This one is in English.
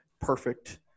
perfect